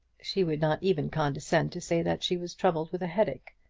she would not even condescend to say that she was troubled with a headache.